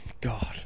God